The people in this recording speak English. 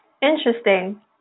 interesting